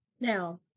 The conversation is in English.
Now